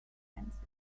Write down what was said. offensive